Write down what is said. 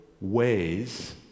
ways